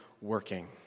working